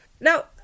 Now